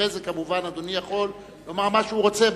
אחרי זה כמובן אדוני יכול לומר מה שהוא רוצה.